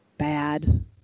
bad